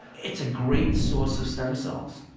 it's a great source of stem cells.